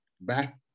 back